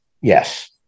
yes